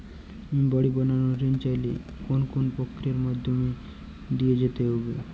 আমি বাড়ি বানানোর ঋণ চাইলে কোন কোন প্রক্রিয়ার মধ্যে দিয়ে যেতে হবে?